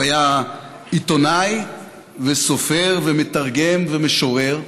הוא היה עיתונאי וסופר ומתרגם ומשורר,